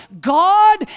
God